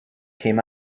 came